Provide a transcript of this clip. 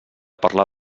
parlar